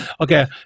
Okay